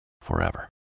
forever